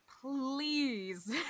Please